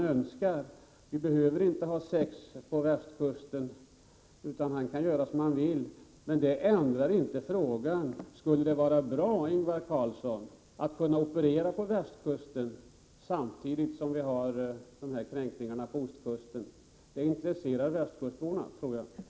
Att vi inte behöver ha sex kustkorvetter på västkusten utan att marinchefen kan göra som han vill, besvarar ändå inte min fråga till Ingvar Karlsson huruvida det inte skulle vara bra att kunna operera på västkusten och samtidigt kunna beivra kränkningar på östkusten. Jag tror att det skulle intressera västkustborna att få ett svar på den frågan.